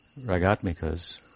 ragatmikas